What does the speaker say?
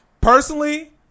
Personally